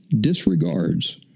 disregards